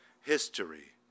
history